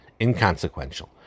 inconsequential